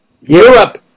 Europe